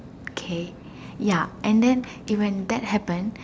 okay ya and then when that happens